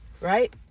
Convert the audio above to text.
right